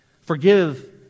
Forgive